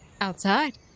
outside